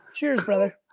cheers brother.